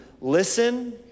listen